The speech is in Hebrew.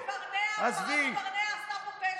נחום ברנע עשה פה פשע.